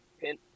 pin